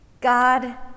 God